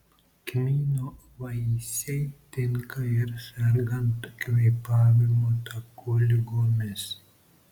kmyno vaisiai tinka ir sergant kvėpavimo takų ligomis